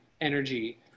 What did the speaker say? energy